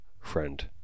friend